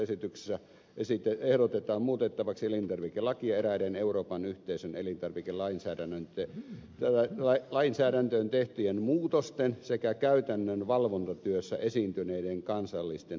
esityksessä ehdotetaan muutettavaksi elintarvikelakia eräiden euroopan yhteisön elintarvikelainsäädäntöön tehtyjen muutosten sekä käytännön valvontatyössä esiintyneiden kansallisten muutostarpeiden vuoksi